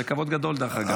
זה כבוד גדול, דרך אגב.